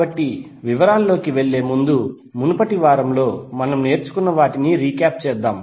కాబట్టి వివరాల్లోకి వెళ్లేముందు మునుపటి వారంలో మనం నేర్చుకున్న వాటిని రీక్యాప్ చేద్దాం